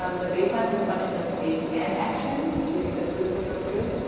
um the baseline was a function of state and action, do you think this proof would go through?